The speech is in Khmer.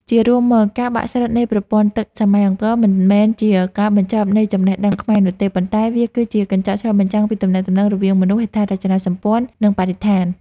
ជារួមមក ការបាក់ស្រុតនៃប្រព័ន្ធទឹកសម័យអង្គរ មិនមែនជាការបញ្ចប់នៃចំណេះដឹងខ្មែរនោះទេ ប៉ុន្តែវាគឺជាកញ្ចក់ឆ្លុះបញ្ចាំងពីទំនាក់ទំនងរវាងមនុស្ស ហេដ្ឋារចនាសម្ព័ន្ធ និងបរិស្ថាន។